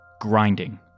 grinding